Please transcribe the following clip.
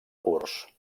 curts